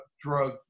drug